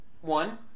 one